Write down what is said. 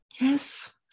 yes